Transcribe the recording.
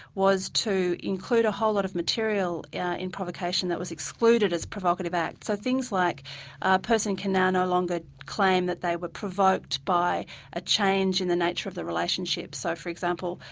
was to include a whole lot of material in provocation that was excluded as a provocative act. so things like a person can now no longer claim that they were provoked by a change in the nature of the relationship. so for example,